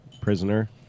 Prisoner